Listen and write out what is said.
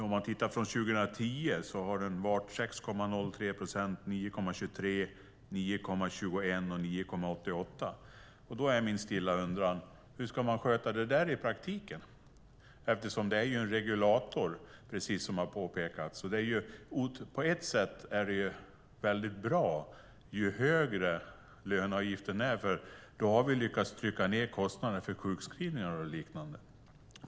År 2010 låg den på 6,03 procent, och under följande år har den legat på 9,23, 9,21 och 9,88 procent. Då är min fråga: Hur ska man sköta det här i praktiken? Löneavgiften är ju en regulator. På sätt och vis är det bra att löneavgiften är hög, för då har vi lyckats att pressa ned kostnaderna för sjukskrivningar och liknande.